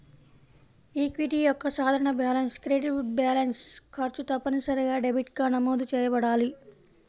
equity యొక్క సాధారణ balance credit balance, ఖర్చు తప్పనిసరిగా డెబిట్గా నమోదు చేయబడాలి